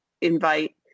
invite